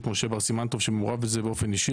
משה בר סינמטוב שמעורב בזה באופן אישי,